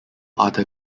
other